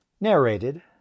narrated